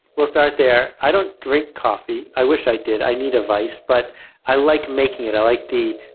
we'll start there. i don't drink coffee. i wish i did i need a vice. but i like making it. i like the